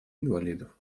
инвалидов